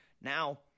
Now